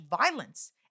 violence